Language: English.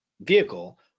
vehicle